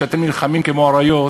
שאתם נלחמים כמו אריות,